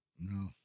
No